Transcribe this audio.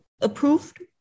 approved